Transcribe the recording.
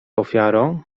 ofiarą